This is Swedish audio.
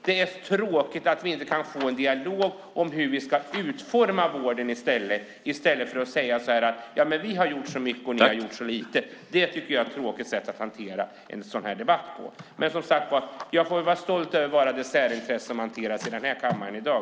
Det är tråkigt att vi inte kan få en dialog om hur vi ska utforma vården i stället för att säga: Vi har gjort så mycket, och ni har gjort så lite. Det är ett tråkigt sätt att hantera en sådan här debatt. Jag får väl vara stolt över att vara ett särintresse här i kammaren i dag.